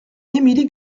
émilie